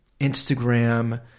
Instagram